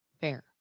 fair